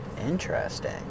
Interesting